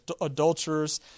adulterers